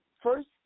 First